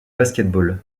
basketball